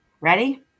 Ready